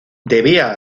debía